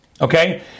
Okay